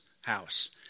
house